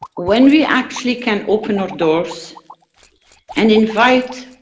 when we actually can open our doors and invite